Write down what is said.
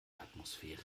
atmosphäre